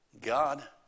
God